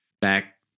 back